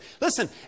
Listen